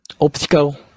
optical